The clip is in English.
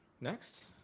next